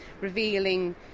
revealing